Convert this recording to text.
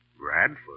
Bradford